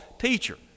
teacher